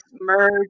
merge